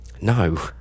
No